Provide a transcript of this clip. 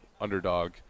underdog